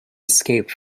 escaped